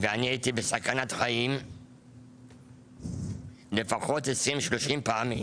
ואני הייתי בסכנת חיים לפחות 20-30 פעמים